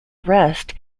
rest